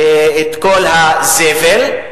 את כל הזבל,